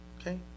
okay